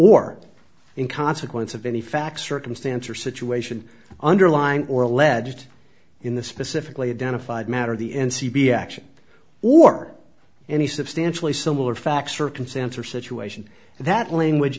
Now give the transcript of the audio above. or in consequence of any facts circumstance or situation underlined or alleged in the specifically identified matter the n c b action or any substantially similar facts circumstance or situation that language